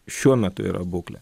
šiuo metu yra būklė